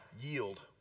Yield